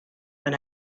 when